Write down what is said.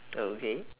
okay